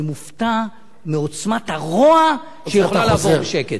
אני מופתע מעוצמת הרוע שיכולה לעבור בשקט.